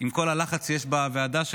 עם כל הלחץ שיש בוועדה שלך,